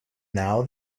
now